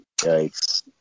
Yikes